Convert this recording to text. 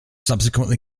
subsequently